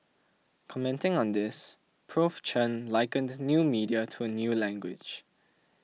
commenting on this Prof Chen likened new media to a new language